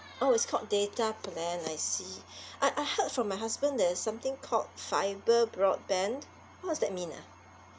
oh it's called data plan I see I I heard from my husband there's something called fibre broadband what's that mean ah